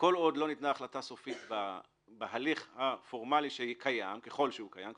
כל עוד לא ניתנה החלטה סופית בהליך הפורמלי שקיים ככל שהוא קיים,